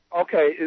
Okay